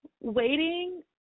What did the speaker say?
Waiting